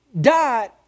died